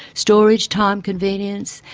storage time, convenience,